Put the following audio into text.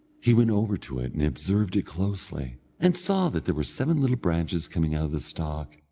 he went over to it, and observed it closely, and saw that there were seven little branches coming out of the stalk,